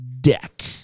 deck